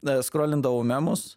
na skrolindavau memus